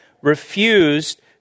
refused